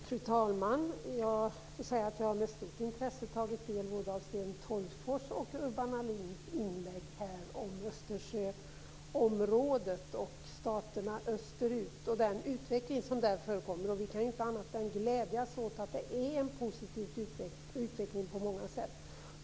Fru talman! Jag har med stort intresse tagit del av både Sten Tolgfors och Urban Ahlins inlägg om Östersjöområdet och staterna österut och den utveckling som där förekommer. Vi kan inte annat än glädjas åt att det är en positiv utveckling på många sätt.